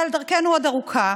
אבל דרכנו עוד ארוכה